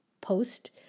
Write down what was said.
post